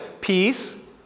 peace